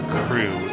crew